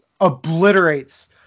obliterates